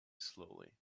slowly